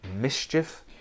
mischief